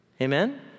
Amen